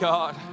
God